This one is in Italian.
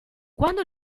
quando